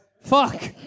fuck